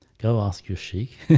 go. ask your sheikh.